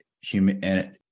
human-